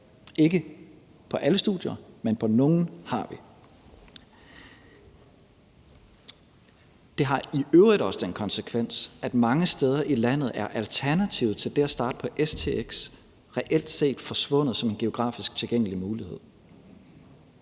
ikke på alle studier, men på nogle har vi. Det har i øvrigt også den konsekvens, at mange steder i landet er alternativet til det at starte på stx reelt set forsvundet som en geografisk tilgængelig mulighed.